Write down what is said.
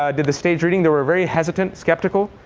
ah did the staged reading. they were very hesitant, skeptical.